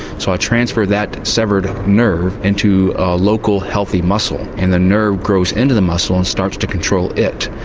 so i transfer that severed nerve into a local healthy muscle and the nerve grows into the muscle and starts to control it.